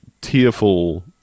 tearful